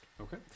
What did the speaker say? Okay